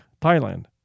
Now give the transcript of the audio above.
Thailand